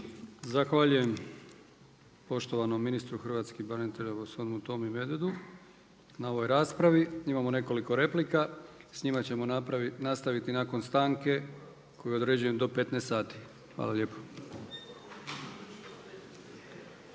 Zahvaljujem poštovanom ministru hrvatskih branitelja gospodinu Tomi Medvedu na ovoj raspravi. Imamo nekoliko replika, s njima ćemo nastaviti nakon stanke koju određujem do 15 sati. Hvala lijepo.